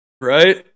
right